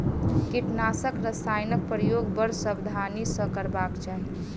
कीटनाशक रसायनक प्रयोग बड़ सावधानी सॅ करबाक चाही